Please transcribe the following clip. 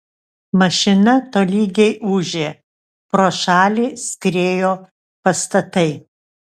mašina tolygiai ūžė pro šalį skriejo pastatai